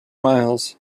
miles